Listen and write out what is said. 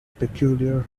peculiar